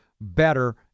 better